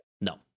no